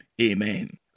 amen